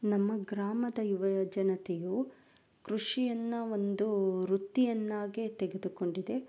ನಮ್ಮ ಗ್ರಾಮದ ಯುವ ಜನತೆಯು ಕೃಷಿಯನ್ನು ಒಂದು ವೃತ್ತಿಯನ್ನಾಗಿ ತೆಗೆದುಕೊಂಡಿದೆ